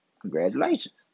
Congratulations